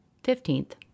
Fifteenth